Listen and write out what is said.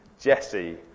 Jesse